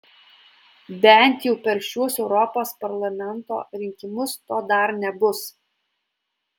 bent jau per šiuos europos parlamento rinkimus to dar nebus